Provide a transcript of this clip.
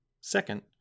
Second